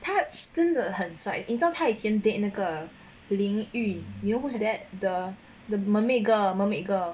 他真的很帅你知道她以前 date 那个领域 you know who's that the the mermaid girl mermaid girl